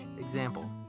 Example